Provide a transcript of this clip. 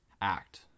act